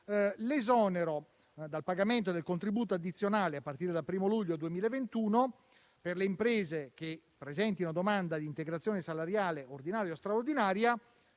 l'esonero dal pagamento del contributo addizionale, a partire dal 1° luglio 2021, per le imprese che presentino domanda di integrazione salariale, ordinaria o straordinaria,